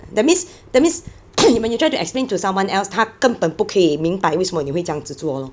that means that means when you try to explain to someone else 他根本不可以明白为什么你会这样子做 lor